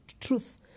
truth